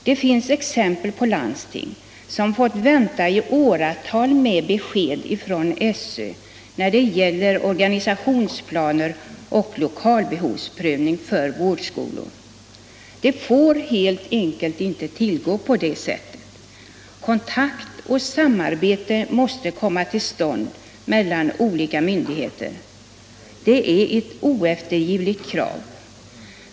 Det finns exempel på landsting som fått vänta i åratal på besked från SÖ när det gäller organisationsplaner och prövning av lokalbehov för vårdskolor. Så får det helt enkelt inte gå till. Kontakt och samarbete måste komma till stånd mellan olika myndigheter. Det är ett oeftergivligt krav.